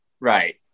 Right